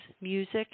music